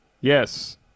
yes